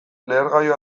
lehergailu